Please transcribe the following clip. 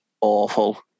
awful